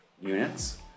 units